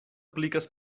pliques